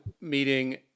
meeting